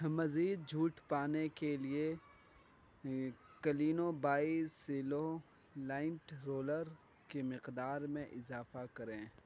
مزید چھوٹ پانے کے لیے کلینو بائی سیلو لائنٹ رولر کی مقدار میں اضافہ کریں